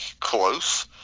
close